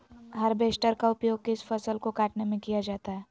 Harvester का उपयोग किस फसल को कटने में किया जाता है?